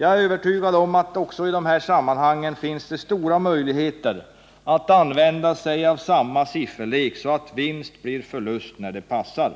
Jag är övertygad om att det också i de här sammanhangen finns stora möjligheter att använda sig av sådan sifferlek, att vinst blir förlust när det passar.